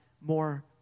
more